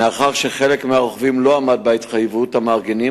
מאחר שחלק מהרוכבים לא עמדו בהתחייבות המארגנים,